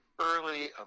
early